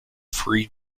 free